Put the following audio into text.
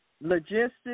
logistics